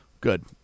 Good